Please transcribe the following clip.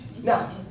Now